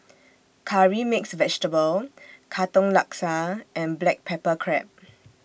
Curry Mixed Vegetable Katong Laksa and Black Pepper Crab